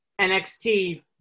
NXT –